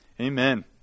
Amen